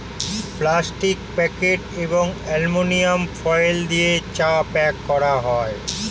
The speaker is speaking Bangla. প্লাস্টিক প্যাকেট এবং অ্যালুমিনিয়াম ফয়েল দিয়ে চা প্যাক করা হয়